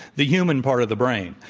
the human part of the brain.